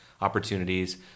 opportunities